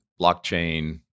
blockchain